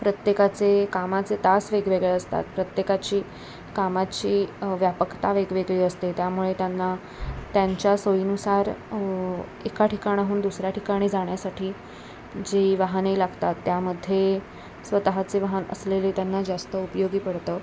प्रत्येकाचे कामाचे तास वेगवेगळे असतात प्रत्येकाची कामाची व्यापकता वेगवेगळी असते त्यामुळे त्यांना त्यांच्या सोयीनुसार एका ठिकाणाहून दुसऱ्या ठिकाणी जाण्यासाठी जी वाहने लागतात त्यामध्ये स्वतःचे वाहन असलेले त्यांना जास्त उपयोगी पडतं